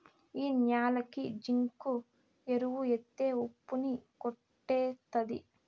ఈ న్యాలకి జింకు ఎరువు ఎత్తే ఉప్పు ని కొట్టేత్తది